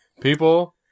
people